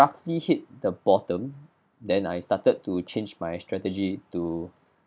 roughly hit the bottom then I started to change my strategy to